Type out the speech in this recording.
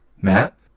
Matt